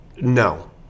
No